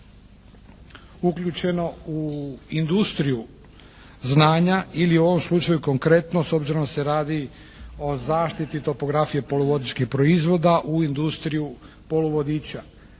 uključeno u industriju znanja, ili u ovom slučaju konkretno s obzirom da se radi o zaštiti topografije poluvodičkih proizvoda u industriju poluvodiča.